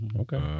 Okay